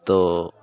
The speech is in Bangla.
তো